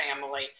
family